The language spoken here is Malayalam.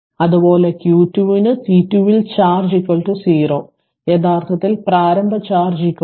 അതുപോലെ Q2 ന് C2 ൽ ചാർജ് 0 യഥാർത്ഥത്തിൽ പ്രാരംഭ ചാർജ് 0